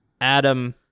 Adam